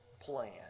plan